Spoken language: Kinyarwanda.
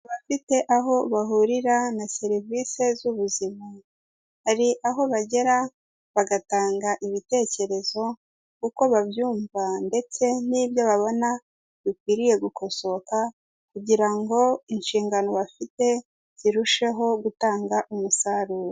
Abafite aho bahurira na serivise z'ubuzima, hari aho bagera bagatanga ibitekerezo uko babyumva ndetse n'ibyo babona bikwiriye gukosoka, kugira ngo inshingano bafite zirusheho gutanga umusaruro.